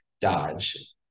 Dodge